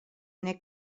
neu